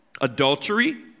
adultery